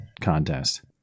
contest